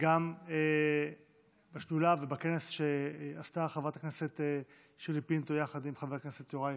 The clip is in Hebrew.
גם בשדולה ובכנס שעשתה חברת הכנסת שירלי פינטו יחד עם חבר הכנסת יוראי